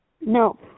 No